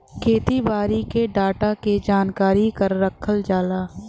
खेती बारी के डाटा क जानकारी रखल जाला